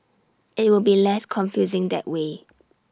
IT will be less confusing that way